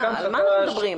מכ"ם חדש,